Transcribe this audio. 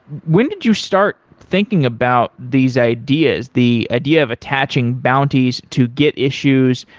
when did you start thinking about these ideas? the idea of attaching bounties to get issues,